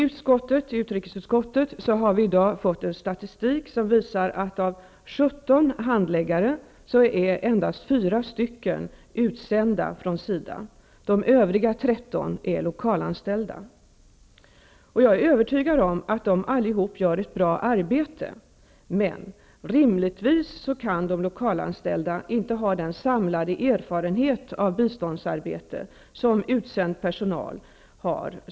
I utrikesutskottet har vi i dag fått statistik som visar att av 17 handläggare är endast 4 utsända från SIDA. De övriga 13 är lokalanställda. Jag är övertygad om att de allihop gör ett bra arbete. Men rimligtvis kan de lokalanställda inte ha den samlade erfarenhet av biståndsarbete som utsänd personal har.